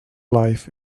life